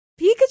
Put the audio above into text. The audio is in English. Pikachu